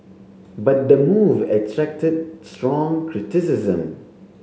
but the move attracted strong criticism